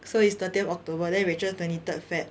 so it's thirtieth october then rachel twenty third feb